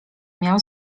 miał